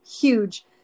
huge